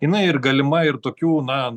jinai ir galima ir tokių na